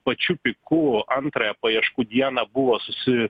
pačiu piku antrąją paieškų dieną buvo susi